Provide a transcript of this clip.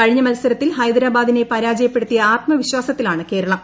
കഴിഞ്ഞ മത്സരത്തിൽ ഹൈദരാബാദിനെ പരാജയപ്പെടുത്തിയ ആത്മവിശ്വാസത്തിലാണ് കേരളം